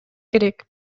керек